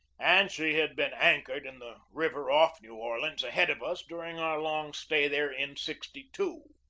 and she had been anchored in the river off new orleans ahead of us during our long stay there in sixty two.